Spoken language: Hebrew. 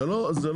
זה לא נעצר.